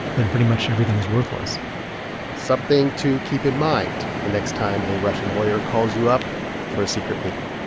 then pretty much everything is worthless something to keep in mind the next time a russian lawyer calls you up for a secret meeting